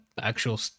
actual